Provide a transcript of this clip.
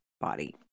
body